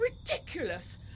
ridiculous